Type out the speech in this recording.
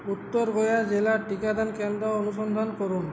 উত্তর গোয়া জেলায় টিকাদান কেন্দ্র অনুসন্ধান করুন